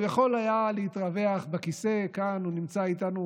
הוא היה יכול להתרווח בכיסא כאן, הוא נמצא איתנו